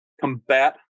combat